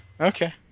Okay